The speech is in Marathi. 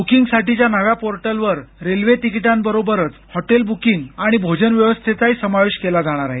बुकिंग साठीच्या नव्या पोर्टलवर रेल्वे तिकिटांबरोबरच हॉटेल बुकिंग आणि भोजन व्यवस्थेचाही समावेश केला जाणार आहे